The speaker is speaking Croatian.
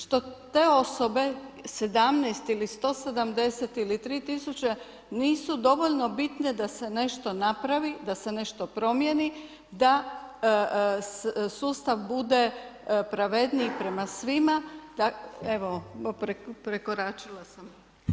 Što te osobe 17 ili 170 ili 3000 nisu dovoljno bitne da se nešto napravi, da se nešto promijeni, da sustav bude pravedniji prema svima, evo, prekoračila sam.